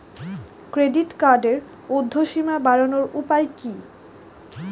Credit কার্ডের উর্ধ্বসীমা বাড়ানোর উপায় কি?